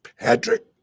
Patrick